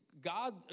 God